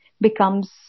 becomes